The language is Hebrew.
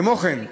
כמו כן,